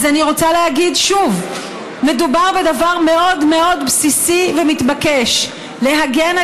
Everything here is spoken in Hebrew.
אז אני רוצה להגיד שוב: מדובר בדבר מאוד מאוד בסיסי ומתבקש: להגן על